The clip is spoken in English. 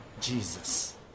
Jesus